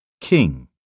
King